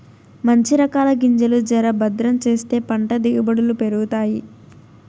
మంచి రకాల గింజలు జర భద్రం చేస్తే పంట దిగుబడులు పెరుగుతాయి